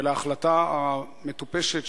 ועל ההחלטה המטופשת,